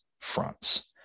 fronts